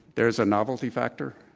there is a novelty factor.